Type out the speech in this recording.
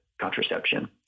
contraception